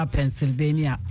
Pennsylvania